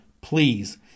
Please